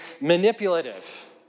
manipulative